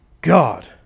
God